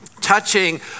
touching